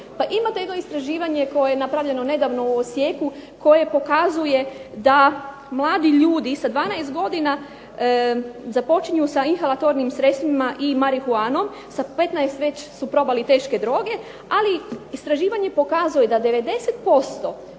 Pa ima jedno istraživanje koje je nedavno napravljano u Osijeku koje pokazuje da mladi ljudi sa 12 godina započinju sa inhalatornim sredstvima i sa marihuanom, s 15 su već probali teške droge. Ali istraživanja pokazuju da 90%